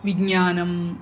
विज्ञानम्